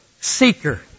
seeker